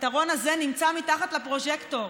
הפתרון הזה נמצא מתחת לפרוז'קטור,